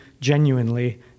genuinely